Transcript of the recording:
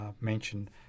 mentioned